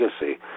legacy